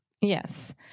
Yes